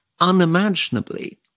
unimaginably